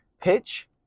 pitch